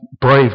Brave